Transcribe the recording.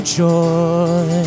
joy